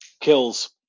kills